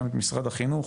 גם את משרד החינוך,